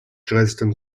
dresden